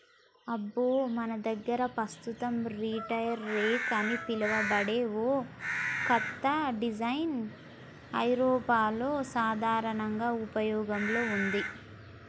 అబ్బో మన దగ్గర పస్తుతం రీటర్ రెక్ అని పిలువబడే ఓ కత్త డిజైన్ ఐరోపాలో సాధారనంగా ఉపయోగంలో ఉంది